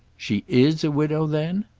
she is a widow then?